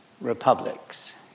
Republics